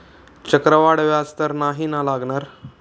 चक्रवाढ व्याज तर नाही ना लागणार?